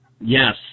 Yes